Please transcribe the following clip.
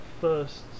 first